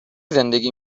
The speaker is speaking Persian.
زندگی